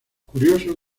curioso